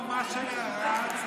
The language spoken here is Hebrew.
זה